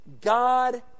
God